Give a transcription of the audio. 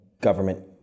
government